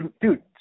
Dude